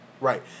right